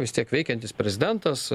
vis tiek veikiantis prezidentas